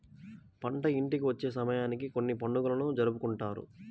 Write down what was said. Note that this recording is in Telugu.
పంట ఇంటికి వచ్చే సమయానికి కొన్ని పండుగలను జరుపుకుంటారు